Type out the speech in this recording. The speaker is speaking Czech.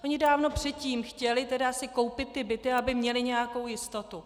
Oni dávno předtím chtěli si koupit ty byty, aby měli nějakou jistotu.